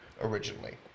originally